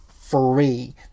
free